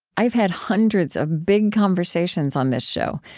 i've had hundreds of big conversations on this show,